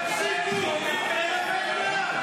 תפסיקו להפריע.